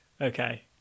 Okay